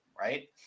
right